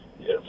Yes